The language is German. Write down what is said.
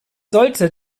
sollte